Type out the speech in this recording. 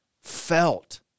felt